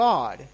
God